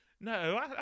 no